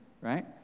right